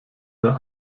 der